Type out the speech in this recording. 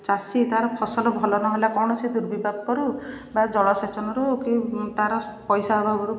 ଚାଷୀ ତା'ର ଫସଲ ଭଲ ନହେଲେ କୌଣସି ଦୁର୍ବିପାତରୁ ବା ଜଳସେଚନରୁ କି ତାର ପଇସା ଅଭାବରୁ